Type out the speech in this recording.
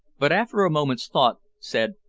but after a moments' thought said,